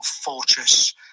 fortress